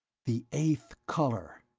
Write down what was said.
the eighth color!